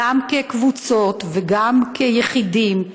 גם כקבוצות וגם כיחידים,